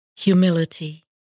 Humility